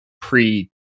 pre-